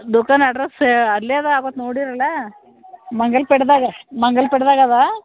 ದುಕಾನ್ ಅಡ್ರೆಸ್ ಅಲ್ಯದ ಆಗತ್ತೆ ನೋಡಿರಲಾ ಮಂಗಲ್ ಪೇಟ್ದಾಗೆ ಮಂಗಲ್ ಪೇಟ್ದಾಗೆ ಅದೆ